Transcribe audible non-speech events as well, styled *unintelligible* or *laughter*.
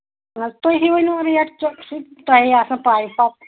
*unintelligible* تُہی ؤنِو وۄنۍ ریٹ *unintelligible* تۄہہِ آسان پَے پَتہٕ